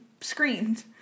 screamed